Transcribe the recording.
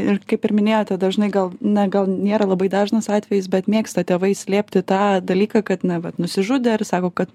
ir kaip ir minėjote dažnai gal na gal nėra labai dažnas atvejis bet mėgsta tėvai slėpti tą dalyką kad na vat nusižudė ar sako kad